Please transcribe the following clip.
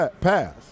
pass